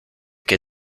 que